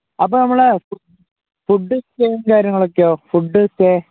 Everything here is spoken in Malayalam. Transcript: അപ്പോള് നമ്മുടെ ഫുഡ്ഡും സ്റ്റേയും കാര്യങ്ങളുമൊക്കെയോ ഫുഡ്ഡ് സ്റ്റേ